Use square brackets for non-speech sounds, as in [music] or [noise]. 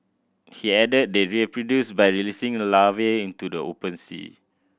he added they reproduce by releasing [unintelligible] larvae into the open sea